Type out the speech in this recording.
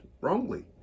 wrongly